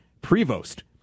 Prevost